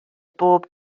bob